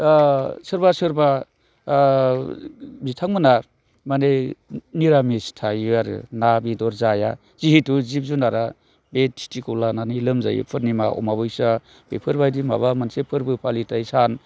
सोरबा सोरबा बिथांमोनहा मानि निरामिस थायो आरो ना बेदर जाया जिहैथु जिब जुनारा बे थिथिखौ लानानै लोमजायो फुरनिमा अमाबैसा बेफोरबादि माबा मोनसे फोरबो फालिथाय सान